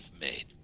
made